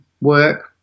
work